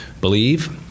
believe